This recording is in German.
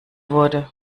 wurde